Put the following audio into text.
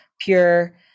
pure